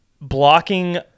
blocking